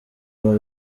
aba